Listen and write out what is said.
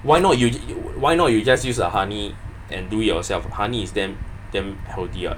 why not you why not you just use the honey and do it yourself honey is damn damn healthy [what]